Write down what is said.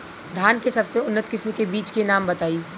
धान के सबसे उन्नत किस्म के बिज के नाम बताई?